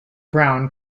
brown